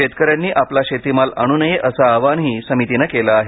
शेतकऱ्यांनी आपला शेतीमाल आणू नये असं आवाहनही समितीने केले आहे